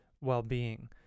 well-being